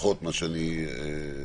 לפחות ממה שאני יודע,